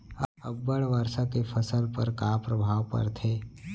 अब्बड़ वर्षा के फसल पर का प्रभाव परथे?